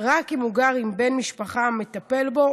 רק אם הוא גר עם בן משפחה המטפל בו,